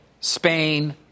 Spain